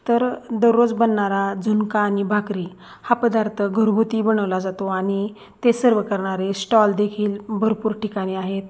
तर दररोज बनणारा झुणका आणि भाकरी हा पदार्थ घरगुती बनवला जातो आणि ते सर्व करणारे स्टॉलदेखील भरपूर ठिकाणी आहेत